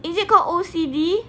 is it got O_C_D